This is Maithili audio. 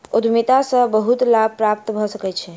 उद्यमिता सॅ बहुत लाभ प्राप्त भ सकै छै